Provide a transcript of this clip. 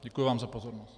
Děkuji vám za pozornost.